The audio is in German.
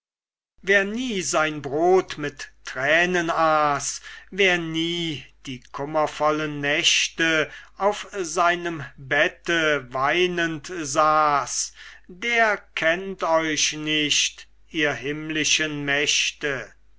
wer nie sein brot mit tränen aß wer nie die kummervollen nächte auf seinem bette weinend saß der kennt euch nicht ihr himmlischen mächte